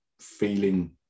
feeling